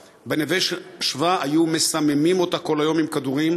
ב"נווה שבא" היו מסממים אותה כל היום עם כדורים